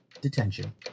detention